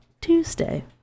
tuesday